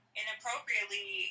inappropriately